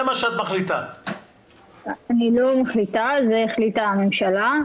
אני לא מחליטה, את זה החליטה הממשלה.